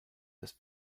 this